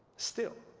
still,